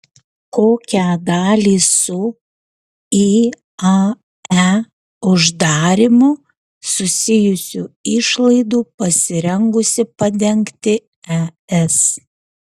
kokią dalį su iae uždarymu susijusių išlaidų pasirengusi padengti es